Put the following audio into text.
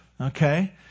okay